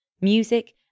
music